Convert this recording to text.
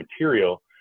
material